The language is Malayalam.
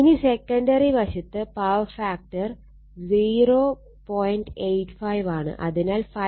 ഇനി സെക്കണ്ടറി വശത്ത് പവർ ഫാക്ടർ 0